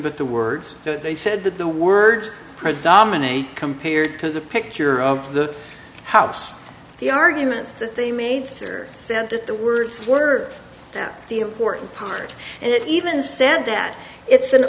but the words that they said that the words predominate compared to the picture of the house the arguments that they made that the words were that the important part and even said that it's an